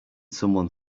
someone